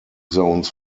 zones